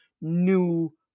new